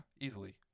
easily